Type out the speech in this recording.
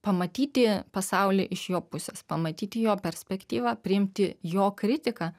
pamatyti pasaulį iš jo pusės pamatyti jo perspektyvą priimti jo kritiką